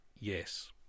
yes